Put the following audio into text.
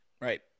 Right